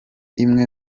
imwe